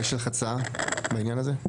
יש לך הצעה בנושא הזה?